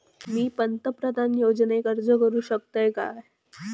मी पंतप्रधान योजनेक अर्ज करू शकतय काय?